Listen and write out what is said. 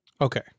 Okay